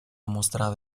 mostrado